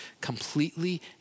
completely